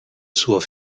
zur